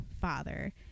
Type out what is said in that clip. father